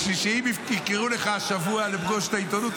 בשביל שאם יקראו לך השבוע לפגוש את העיתונות,